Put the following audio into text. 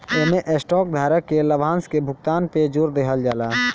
इमें स्टॉक धारक के लाभांश के भुगतान पे जोर देहल जाला